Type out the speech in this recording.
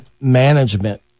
management